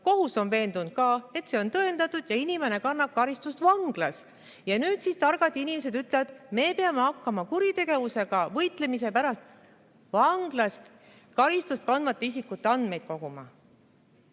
Kohus on veendunud, et see on tõendatud, ja inimene kannab vanglas karistust. Ja nüüd targad inimesed ütlevad, et me peame hakkama kuritegevusega võitlemise pärast vanglas karistust kandvate isikute andmeid koguma.